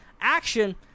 Action